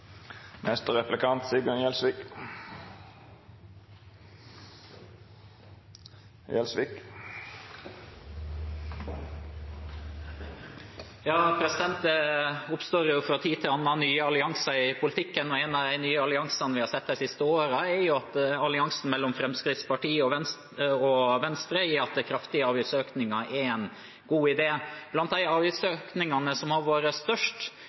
Det oppstår jo nye allianser i politikken fra tid til annen. En av de nye alliansene vi har sett de siste årene, er alliansen mellom Fremskrittspartiet og Venstre om at kraftige avgiftsøkninger er en god idé. Blant avgiftsøkningene som har vært størst,